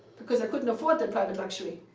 because i couldn't afford the private luxury.